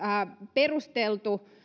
perusteltu